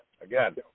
Again